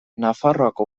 nafarroako